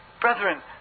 brethren